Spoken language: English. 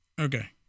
Okay